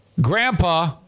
grandpa